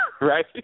right